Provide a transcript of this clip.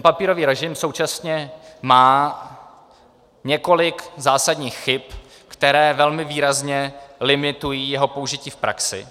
Papírový režim současně má několik zásadních chyb, které velmi výrazně limitují jeho použití v praxi.